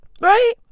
Right